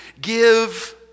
give